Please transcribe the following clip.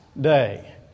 day